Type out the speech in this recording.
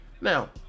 Now